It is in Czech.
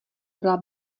byla